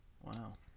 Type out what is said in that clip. Wow